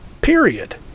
Period